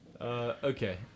Okay